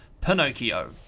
Pinocchio